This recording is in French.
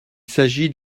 s’agit